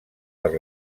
per